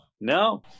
No